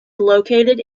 located